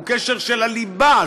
הוא קשר של הליבה,